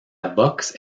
boxe